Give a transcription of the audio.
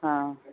ہاں